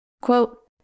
Quote